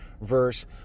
verse